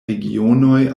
regionoj